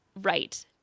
Right